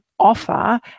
offer